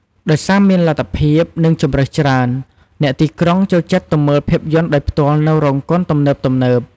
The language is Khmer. ដោយសារមានលទ្ធភាព និងជម្រើសច្រើន អ្នកទីក្រុងចូលចិត្តទៅមើលភាពយន្តដោយផ្ទាល់នៅរោងកុនទំនើបៗ។